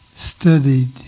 studied